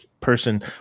person